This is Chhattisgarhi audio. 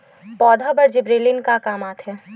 पौधा के लिए जिबरेलीन का काम आथे?